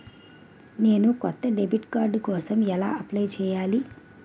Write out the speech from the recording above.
నేను కొత్త debit card కోసం ఎలా అప్లయ్ చేయాలి?